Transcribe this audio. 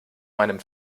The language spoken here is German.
meinem